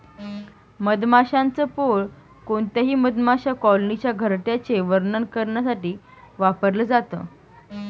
मधमाशांच पोळ कोणत्याही मधमाशा कॉलनीच्या घरट्याचे वर्णन करण्यासाठी वापरल जात